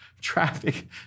traffic